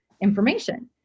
information